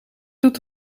doet